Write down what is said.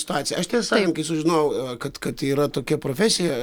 situaciją aš tiesa sakant kai sužinojau kad kad yra tokia profesija